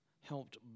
helped